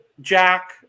Jack